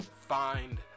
find